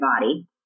body